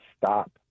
stop